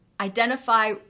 identify